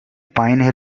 pine